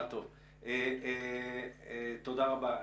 תודה רבה.